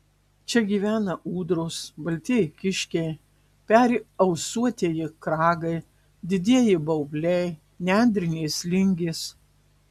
čia gyvena ūdros baltieji kiškiai peri ausuotieji kragai didieji baubliai nendrinės lingės